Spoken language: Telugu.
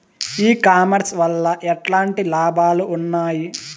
ఈ కామర్స్ వల్ల ఎట్లాంటి లాభాలు ఉన్నాయి?